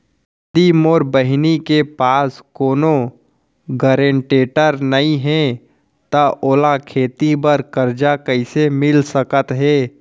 यदि मोर बहिनी के पास कोनो गरेंटेटर नई हे त ओला खेती बर कर्जा कईसे मिल सकत हे?